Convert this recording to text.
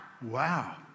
Wow